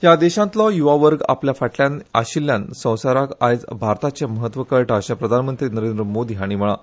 ह्या देशातलो युवा आपल्या फाटल्यान आशिल्ल्यान संवसाराक आयज भारताचे म्हत्व कळटा अशे प्रधानमंत्री नरेंद्र मोदी हाणी म्हळा